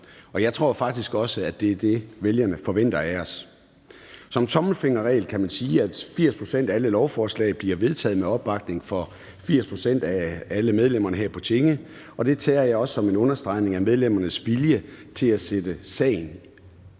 og jeg tror faktisk også, at det er det, vælgerne forventer af os. Som tommelfingerregel kan man sige, at 80 pct. af alle lovforslag bliver vedtaget med opbakning fra 80 pct. af alle medlemmerne her på Tinge, og det tager jeg også som en understregning af medlemmernes vilje til at sætte sagen